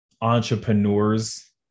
entrepreneurs